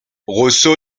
rosso